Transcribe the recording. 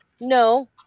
no